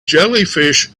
jellyfish